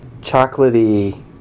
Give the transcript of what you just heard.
chocolatey